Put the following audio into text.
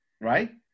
Right